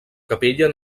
capella